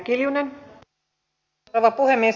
arvoisa rouva puhemies